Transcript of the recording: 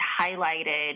highlighted